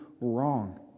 wrong